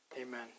Amen